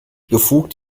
befugt